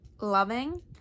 loving